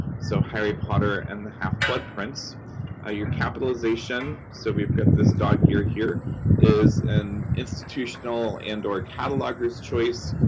so, harry potter and the half-blood prince ah your capitalization so, we've got this dog-eared here is an institutional and or cataloger's choice.